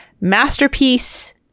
Masterpiece